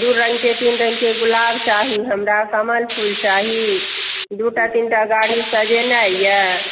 दू रङ्गके तीन रङ्गके गुलाब चाही हमरा कमल फूल चाही दू टा तीन टा गाड़ी सजेनाइ यऽ